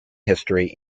history